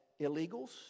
illegals